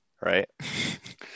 Right